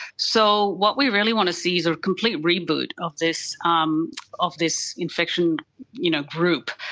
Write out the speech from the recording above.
so what we really want to see is a complete reboot of this um of this infection you know group,